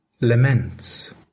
laments